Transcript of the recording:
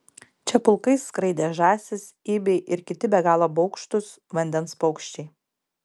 čia pulkais skraidė žąsys ibiai ir kiti be galo baugštūs vandens paukščiai